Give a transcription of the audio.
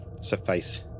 suffice